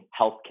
healthcare